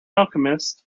alchemist